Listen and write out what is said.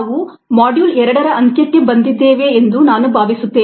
ನಾವು ಮಾಡ್ಯೂಲ್ 2 ರ ಅಂತ್ಯಕ್ಕೆ ಬಂದಿದ್ದೇವೆ ಎಂದು ನಾನು ಭಾವಿಸುತ್ತೇನೆ